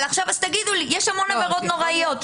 אבל עכשיו אז תגידו לי, יש עבירות נוראיות.